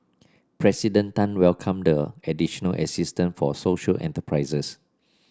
President Tan welcomed the additional assistance for social enterprises